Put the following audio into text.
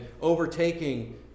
overtaking